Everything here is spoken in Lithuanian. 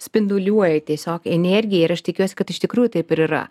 spinduliuoji tiesiog energija ir aš tikiuosi kad iš tikrųjų taip ir yra